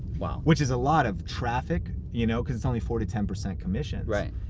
wow. which is a lot of traffic. you know because it's only four to ten percent commissions. right.